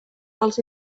els